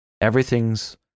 Everything's